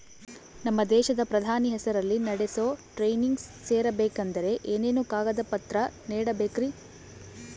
ನಮ್ಮ ದೇಶದ ಪ್ರಧಾನಿ ಹೆಸರಲ್ಲಿ ನಡೆಸೋ ಟ್ರೈನಿಂಗ್ ಸೇರಬೇಕಂದರೆ ಏನೇನು ಕಾಗದ ಪತ್ರ ನೇಡಬೇಕ್ರಿ?